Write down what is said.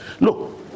look